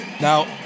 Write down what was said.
Now